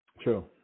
True